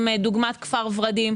כדוגמת כפר ורדים.